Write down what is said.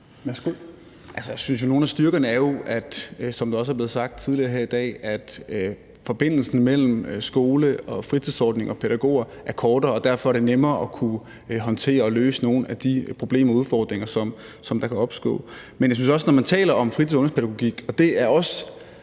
er blevet sagt tidligere i dag, at forbindelsen mellem skole og pædagogerne i fritidsordninger er kortere, og at det derfor er nemmere at kunne håndtere og løse nogle af de problemer og udfordringer, der kan opstå. Men jeg synes også, at når man taler om fritids- og ungdomspædagogik – det er også